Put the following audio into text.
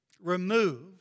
remove